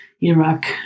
Iraq